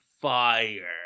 fire